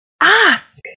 ask